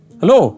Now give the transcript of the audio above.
hello